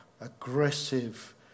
aggressive